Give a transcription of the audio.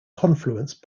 confluence